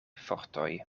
fortoj